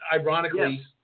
ironically